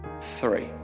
three